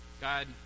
God